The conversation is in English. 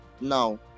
Now